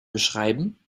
beschreiben